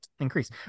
increase